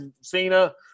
Cena